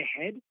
ahead